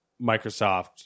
Microsoft